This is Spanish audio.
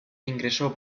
ingresó